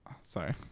Sorry